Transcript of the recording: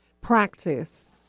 practice